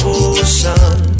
ocean